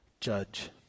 Judge